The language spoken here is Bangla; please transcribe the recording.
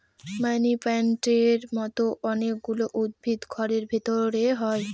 মানি প্লান্টের মতো অনেক গুলো উদ্ভিদ ঘরের ভেতরে হয়